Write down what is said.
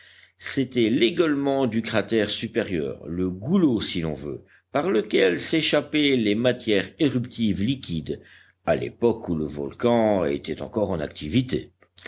c'était l'égueulement du cratère supérieur le goulot si l'on veut par lequel s'échappaient les matières éruptives liquides à l'époque où le volcan était encore en activité